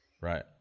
Right